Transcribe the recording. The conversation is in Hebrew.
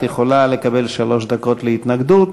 את יכולה לקבל שלוש דקות להתנגדות.